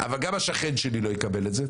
אבל גם השכן שלי לא יקבל את זה.